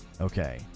Okay